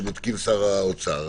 שבודק שר האוצר,